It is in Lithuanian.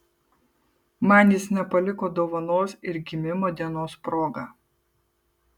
man jis nepaliko dovanos ir gimimo dienos proga